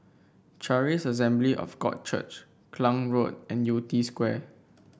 Charis Assembly of God Church Klang Road and Yew Tee Square